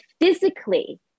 physically